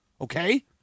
Okay